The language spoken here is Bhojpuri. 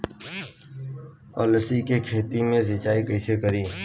अलसी के खेती मे सिचाई कइसे करी?